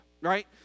right